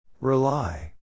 Rely